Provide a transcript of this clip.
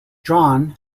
john